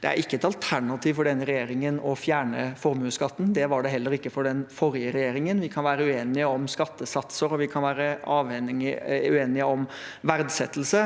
Det er ikke et alternativ for denne regjeringen å fjerne formuesskatten. Det var det heller ikke for den forrige regjeringen. Vi kan være uenige om skattesatser og verdsettelse,